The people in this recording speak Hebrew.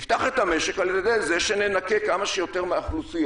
נפתח את המשק על ידי זה שננקה כמה שיותר מהאוכלוסייה,